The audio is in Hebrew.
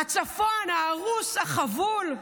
הצפון ההרוס, החבול,